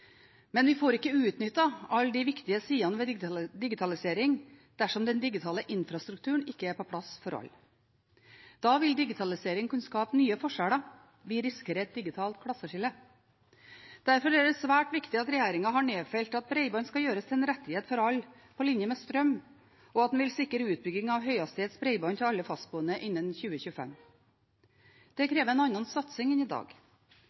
men vi får ikke utnyttet alle de viktige sidene ved digitalisering dersom den digitale infrastrukturen ikke er på plass for alle. Da vil digitalisering kunne skape nye forskjeller. Vi risikerer et digitalt klasseskille. Derfor er det svært viktig at regjeringen har nedfelt at bredbånd skal gjøres til en rettighet for alle, på linje med strøm, og at man vil sikre utbygging av høyhastighetsbredbånd til alle fastboende innen 2025. Det krever en annen satsing enn i dag.